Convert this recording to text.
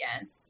again